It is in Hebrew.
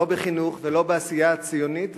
לא בחינוך ולא בעשייה הציונית,